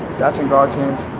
that's in god's.